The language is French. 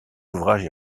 ouvrages